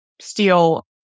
steel